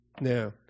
Now